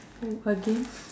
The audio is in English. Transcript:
again